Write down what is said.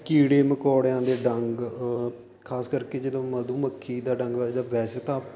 ਕੀੜੇ ਮਕੌੜਿਆਂ ਦੇ ਡੰਗ ਖ਼ਾਸ ਕਰਕੇ ਜਦੋਂ ਮਧੂ ਮੱਖੀ ਦਾ ਡੰਗ ਵੱਜਦਾ ਵੈਸੇ ਤਾਂ